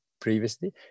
previously